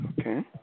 Okay